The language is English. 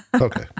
Okay